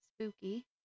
spooky